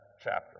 chapter